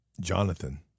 Jonathan